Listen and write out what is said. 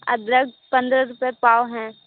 अदरक पंद्रह रुपए पाव है